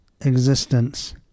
existence